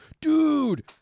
dude